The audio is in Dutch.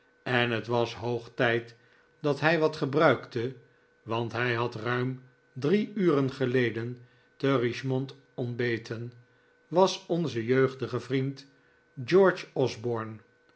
en het was hoog tijd dat hij wat gebruikte want hij had ruim drie uren geleden te richmond ontbeten was onze jeugdige vriend george osborne